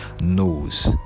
knows